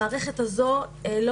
המערכת הזו לא